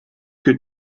que